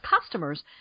customers